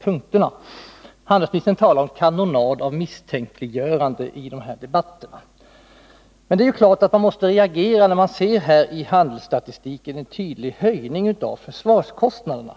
punkter. Handelsministern talar om en kanonad av misstänkliggöranden i de här . debatterna. Det är klart att man måste reagera när man tittar på handelsstatistiken och finner en tydlig höjning av vapenexportens andel.